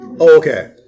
okay